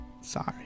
Sorry